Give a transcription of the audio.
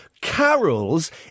carols